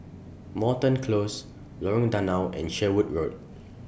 Moreton Close Lorong Danau and Sherwood Road